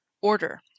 order